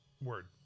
Word